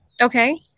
Okay